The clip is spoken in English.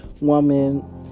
woman